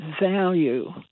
value